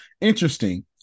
interesting